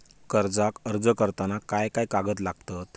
कर्जाक अर्ज करताना काय काय कागद लागतत?